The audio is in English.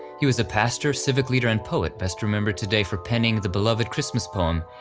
he was a pastor, civic leader, and poet best remembered today for penning the beloved christmas poem,